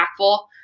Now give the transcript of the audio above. impactful